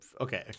Okay